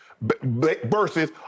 versus